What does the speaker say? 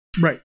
Right